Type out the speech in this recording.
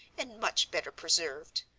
and much better preserved.